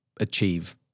achieve